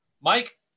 Mike